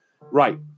Right